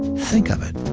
think of it,